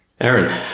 Aaron